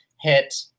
hit